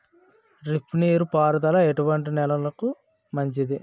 Drip నీటి పారుదల ఎటువంటి నెలలకు మంచిది?